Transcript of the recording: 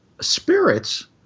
spirits